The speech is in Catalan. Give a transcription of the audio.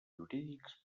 jurídics